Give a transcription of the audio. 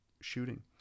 shooting